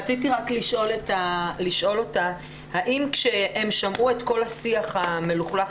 רציתי רק לשאול האם כשהם שמעו את כל השיח המלוכלך